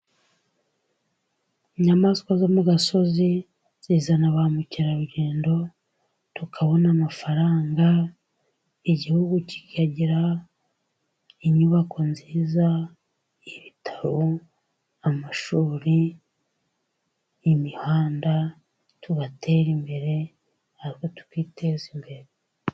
Inyamaswa zo mu gasozi, zizana ba mukerarugendo, tukabona amafaranga, igihugu kikagira inyubako nziza nk'ibitaro, amashuri, imihanda, tugatera imbere, natwe tukiteza imbere .